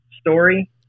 story